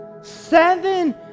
Seven